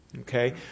okay